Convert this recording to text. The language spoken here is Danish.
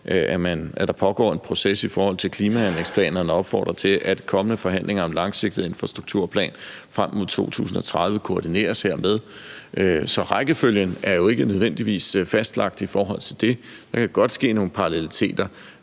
at der pågår en proces i forhold til klimahandlingsplanerne, og opfordre til, at kommende forhandlinger om en langsigtet infrastrukturplan frem mod 2030 koordineres hermed. Så rækkefølgen er jo ikke nødvendigvis fastlagt i forhold til det. Der kan godt være nogen paralleliteter.